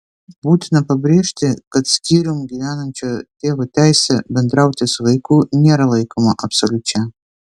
būtina pabrėžti kad skyrium gyvenančio tėvo teisė bendrauti su vaiku nėra laikoma absoliučia